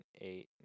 eight